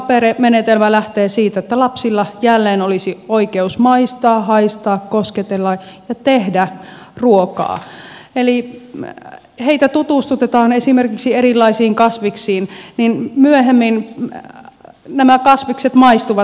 sapere menetelmä lähtee siitä että lapsilla jälleen olisi oikeus maistaa haistaa kosketella ja tehdä ruokaa eli heitä tutustutetaan esimerkiksi erilaisiin kasviksiin ja myöhemmin nämä kasvikset maistuvat